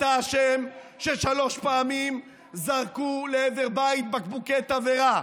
אתה אשם ששלוש פעמים זרקו לעבר בית בקבוקי תבערה,